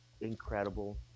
incredible